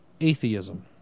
atheism